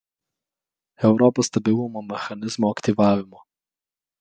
europos stabilumo mechanizmo aktyvavimo